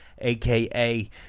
AKA